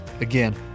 again